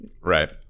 Right